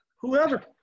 Whoever